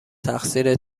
تقصیر